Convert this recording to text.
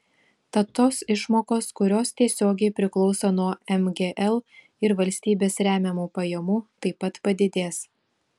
tad tos išmokos kurios tiesiogiai priklauso nuo mgl ir valstybės remiamų pajamų taip pat padidės